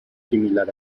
similar